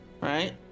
right